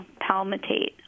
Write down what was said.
palmitate